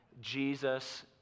Jesus